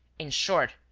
in short,